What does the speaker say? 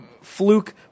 fluke